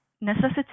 necessity